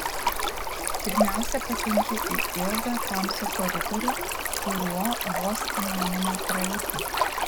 pirmiausia patenki į ilgą tamsų koridorių kuriuo vos įmanoma praeiti